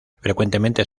frecuentemente